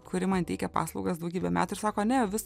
kuri man teikė paslaugas daugybę metų ir sako ne vis